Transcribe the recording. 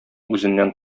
үзеннән